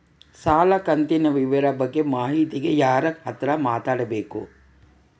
ಸಾಲ ಕಂತಿನ ವಿವರ ಬಗ್ಗೆ ಮಾಹಿತಿಗೆ ಯಾರ ಹತ್ರ ಮಾತಾಡಬೇಕು?